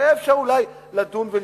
אולי אפשר היה לדון ולשקול.